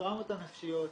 הטראומות הנפשיות,